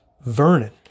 Vernon